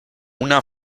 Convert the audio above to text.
una